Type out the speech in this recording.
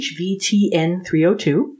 HVTN302